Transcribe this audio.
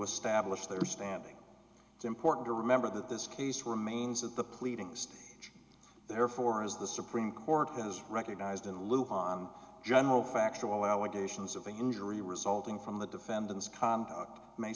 establish their standing it's important to remember that this case remains that the pleadings staged therefore as the supreme court has recognized in the loop on general factual allegations of injury resulting from the defendant's conduct may